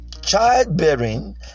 Childbearing